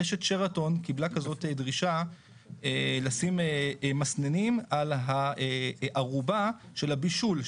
רשת שרתון קיבלה כזאת דרישה לשים מסננים על הארובה של הבישול,